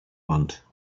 want